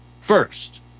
first